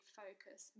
focus